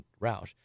Roush